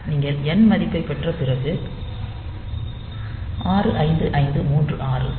நீங்கள் n மதிப்பைப் பெற்ற பிறகு 65536 n ஐக் கழிக்கவும்